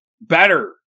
better